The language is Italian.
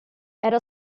era